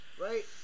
Right